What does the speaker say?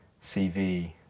CV